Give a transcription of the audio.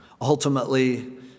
ultimately